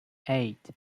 eight